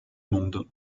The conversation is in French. monde